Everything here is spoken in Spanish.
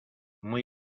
muy